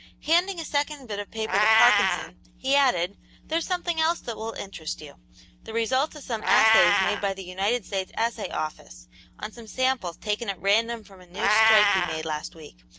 handing a second bit of paper to parkinson, he added there's something else that will interest you the results of some assays made by the united states assay office on some samples taken at random from a new strike we made last week.